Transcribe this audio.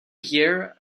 year